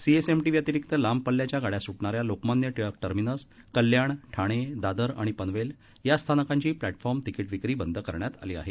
C S M T व्यतिरिक्त लांब पल्ल्याच्या गाड्या सुटणाऱ्या लोकमान्य टिळक टर्मिनस कल्याण ठाणे दादर आणि पनवेल या स्थानकांची प्लॅटफॉर्म तिकीट विक्री बंद करण्यात आली आहे